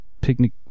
picnic